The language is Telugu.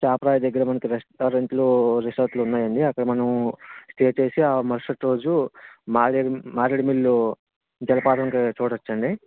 చాపరాయి దగ్గర మనకి రెస్టారెంట్లు రిసార్ట్లు ఉన్నాయండి అక్కడ మనము స్టే చేసి ఆ మరుసటి రోజు మారేడుమి మారేడుమిల్లు జలపాతం చూడొచ్చండి